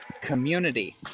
community